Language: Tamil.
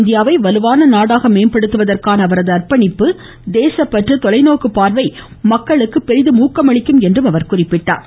இந்தியாவை வலுவான நாடாக மேம்படுத்துவதற்கான அவரது அர்ப்பணிப்பு தேசப்பற்று தொலைநோக்கு பார்வை மக்களுக்கு பெரிதும் ஊக்கமளிக்கும் என்றார்